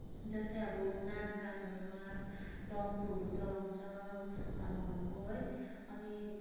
जस्तै अब नाच गानहरूमा डम्फुहरू चलाउँछ तामाङहरूको है अनि